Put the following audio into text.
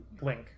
Link